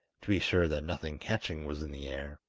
to be sure that nothing catching was in the air.